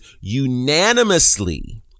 unanimously